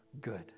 good